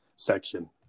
section